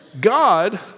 God